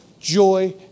joy